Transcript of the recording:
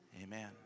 Amen